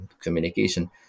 communication